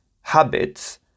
habits